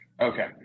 Okay